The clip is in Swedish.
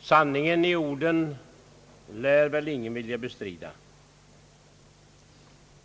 Sanningen i orden lär väl ingen vilja bestrida.